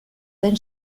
den